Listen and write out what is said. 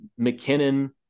mckinnon